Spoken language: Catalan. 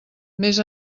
més